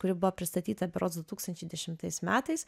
kuri buvo pristatyta berods du tūkstančiai dešimtais metais